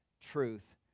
truth